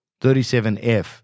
37F